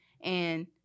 And-